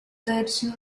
tercio